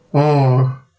oh